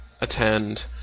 attend